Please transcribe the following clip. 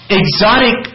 exotic